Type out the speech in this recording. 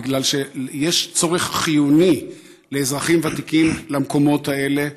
בגלל שיש צורך חיוני לאזרחים ותיקים במקומות האלה.